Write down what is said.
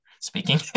speaking